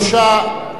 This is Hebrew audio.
התשע"ב 2012, נתקבל.